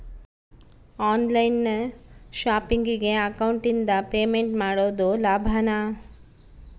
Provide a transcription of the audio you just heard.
On line ಶಾಪಿಂಗಿಗೆ ಅಕೌಂಟಿಂದ payment ಮಾಡೋದು ಲಾಭಾನ?